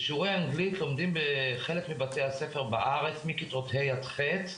בשיעורי אנגלית בארץ, לומדים מכיתה ה' עד ח',